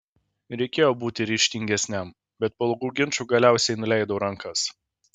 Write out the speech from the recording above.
reikėjo būti ryžtingesniam bet po ilgų ginčų galiausiai nuleidau rankas